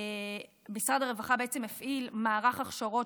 משרד הרווחה מפעיל מערך הכשרות,